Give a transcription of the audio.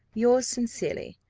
yours sincerely,